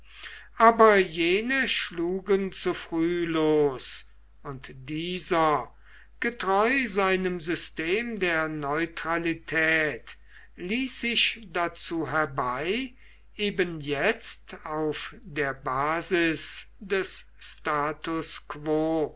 aber jene schlugen zu früh los und dieser getreu seinem system der neutralität ließ sich dazu herbei eben jetzt auf der basis des status quo